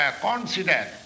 consider